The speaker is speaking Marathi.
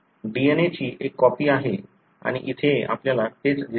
DNA ची एक कॉपी आहे आणि इथे आपल्याला तेच दिसते